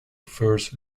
first